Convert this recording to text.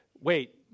wait